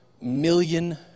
million